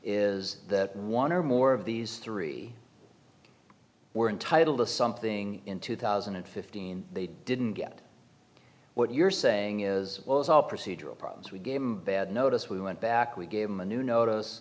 is that one or more of these three were entitled to something in two thousand and fifteen they didn't get what you're saying is well it's all procedural problems we gave him bad notice we went back we gave him a new notice